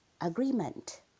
agreement